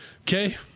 okay